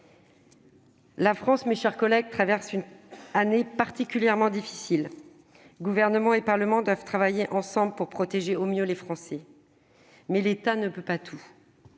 La France, mes chers collègues, traverse une année particulièrement difficile. Gouvernement et Parlement doivent travailler ensemble pour protéger au mieux les Français. Mais l'État ne peut pas tout.